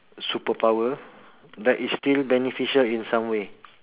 super power that is still beneficial in some way